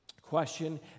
question